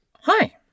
Hi